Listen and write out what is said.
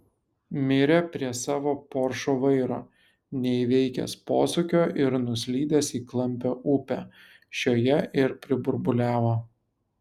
mirė prie savo poršo vairo neįveikęs posūkio ir nuslydęs į klampią upę šioje ir priburbuliavo